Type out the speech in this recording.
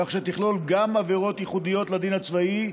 כך שתכלול גם עבירות ייחודיות לדין הצבאי,